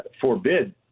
forbid